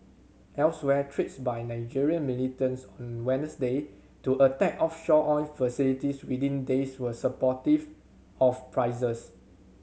elsewhere threats by Nigerian militants on Wednesday to attack offshore oil facilities within days were supportive of prices